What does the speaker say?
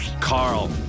Carl